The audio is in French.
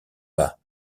bas